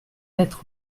lettre